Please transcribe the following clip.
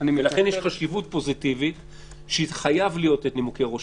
ולכן יש חשיבות פוזיטיבית שחייבים להיות נימוקי ראש